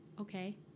Okay